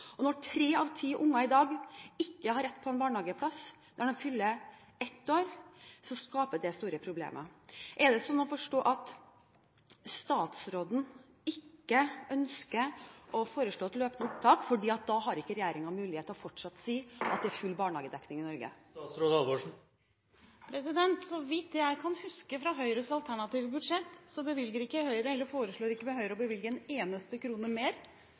og når tre av ti unger i dag ikke har rett på en barnehageplass når de fyller ett år, skaper det store problemer. Er det sånn å forstå at statsråden ikke ønsker å foreslå et løpende opptak, for da har ikke regjeringen mulighet til fortsatt å si at det er full barnehagedekning i Norge? Så vidt jeg kan huske fra Høyres alternative budsjett, foreslår ikke Høyre å bevilge en eneste krone mer